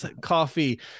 coffee